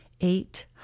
Eight